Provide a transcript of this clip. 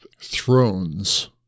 thrones